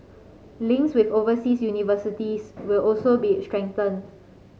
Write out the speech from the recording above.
links with overseas universities will also be strengthened